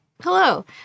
Hello